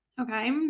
okay